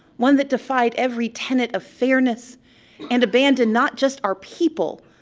one that defied every tenet of fairness and abandoned not just our people,